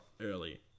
early